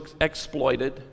exploited